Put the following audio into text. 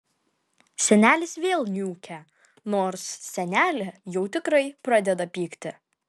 senelis vėl niūkia nors senelė jau tikrai pradeda pykti